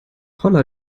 holla